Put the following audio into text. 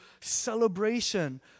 celebration